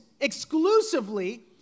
exclusively